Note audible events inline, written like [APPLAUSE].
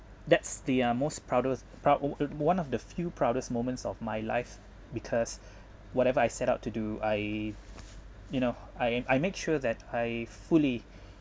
that's the a most proudest proud [NOISE] one of the few proudest moments of my life because whatever I set out to do I you know I I make sure that I fully